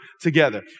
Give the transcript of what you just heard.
together